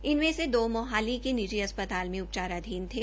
इनमे से दो मोहाली के नि ी अस्पतालों मे उपचाराधीन थे